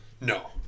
no